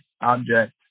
object